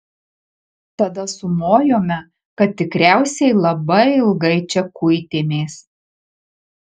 tada sumojome kad tikriausiai labai ilgai čia kuitėmės